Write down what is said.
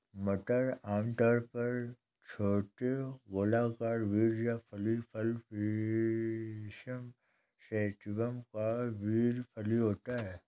मटर आमतौर पर छोटे गोलाकार बीज या फली फल पिसम सैटिवम का बीज फली होता है